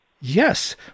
Yes